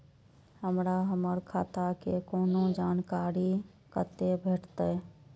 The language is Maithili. हमरा हमर खाता के कोनो जानकारी कतै भेटतै?